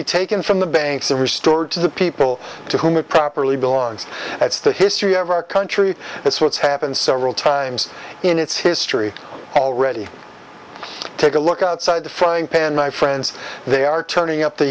be taken from the banks and restored to the people to whom it properly belongs that's the history of our country it's what's happened several times in its history already take a look outside the frying pan my friends they are turning up the